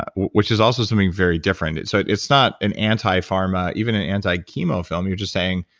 which is also something very different. it's so it's not an anti-pharma, even an anti-chemo film. you're just saying,